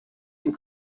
and